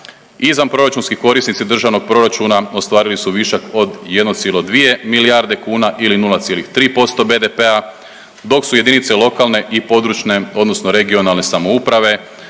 Izvanproračunski korisnici državnog proračuna ostvarili su višak od 1,2 milijarde kuna ili 0,3% BDP-a dok su jedinice lokalne i područne odnosno regionalne samouprave